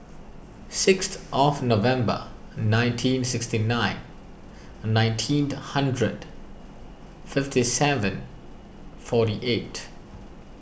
sixth of November nineteen sixty nine nineteen hundred fifty seven forty eight